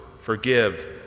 forgive